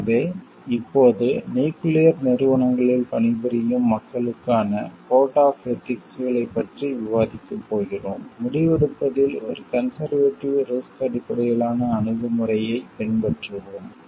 எனவே இப்போது நியூக்கிளியர் நிறுவனங்களில் பணிபுரியும் மக்களுக்கான கோட் ஆப் எதிக்ஸ்களைப் பற்றி விவாதிக்கப் போகிறோம் முடிவெடுப்பதில் ஒரு கன்செர்வேடிவ் ரிஸ்க் அடிப்படையிலான அணுகு முறையைப் பின்பற்றுவோம்